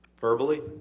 Verbally